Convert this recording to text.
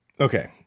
Okay